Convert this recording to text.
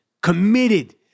committed